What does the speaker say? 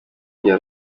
rya